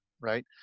right